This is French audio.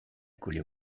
collée